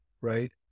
right